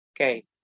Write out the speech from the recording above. okay